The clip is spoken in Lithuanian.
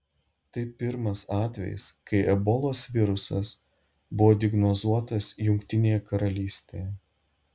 tai pirmas atvejis kai ebolos virusas buvo diagnozuotas jungtinėje karalystėje